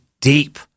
deep